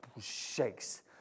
shakes